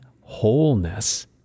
wholeness